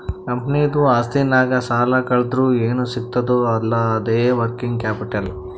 ಕಂಪನಿದು ಆಸ್ತಿನಾಗ್ ಸಾಲಾ ಕಳ್ದುರ್ ಏನ್ ಸಿಗ್ತದ್ ಅಲ್ಲಾ ಅದೇ ವರ್ಕಿಂಗ್ ಕ್ಯಾಪಿಟಲ್